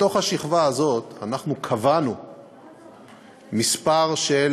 בתוך השכבה הזאת, אנחנו קבענו מספר של